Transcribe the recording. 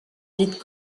dite